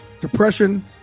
depression